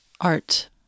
art